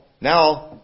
Now